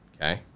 okay